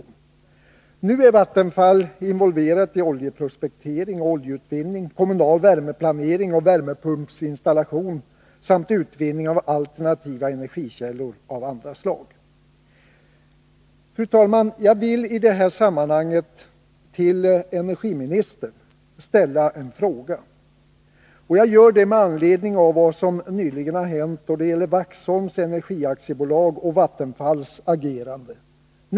Nu är Vattenfall involverat i oljeprospektering och oljeutvinning, kommunal värmeplanering och värmepumpsinstallation samt utvinning av alternativa energikällor av andra slag. Fru talman! I detta sammanhang vill jag ställa en fråga till energiministern. Jag gör det med anledning av vad som nyligen hänt då det gäller Vaxholms Energi AB och Vattenfalls agerande.